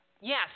Yes